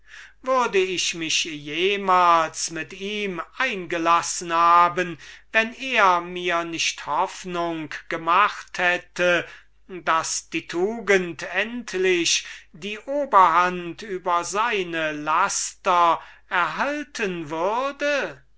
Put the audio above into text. würde ich mich jemals mit ihm eingelassen haben wenn er mir nicht hoffnung gemacht hätte daß die tugend endlich die oberhand über seine laster erhalten würde